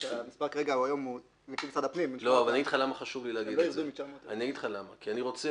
המספר כרגע היום הוא --- אני אגיד לך למה: כי אני רוצה